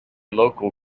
local